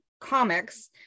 comics